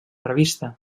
revista